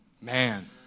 Man